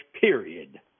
period